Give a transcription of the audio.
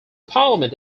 parliament